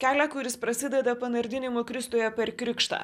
kelią kuris prasideda panardinimu kristuje per krikštą